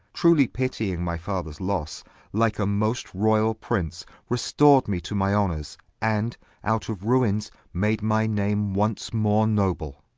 truly pittying my fathers losse like a most royall prince restor'd me to my honours and out of ruines made my name once more noble.